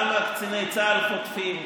גם קציני צה"ל חוטפים,